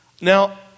Now